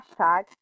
hashtag